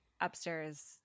upstairs